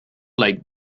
like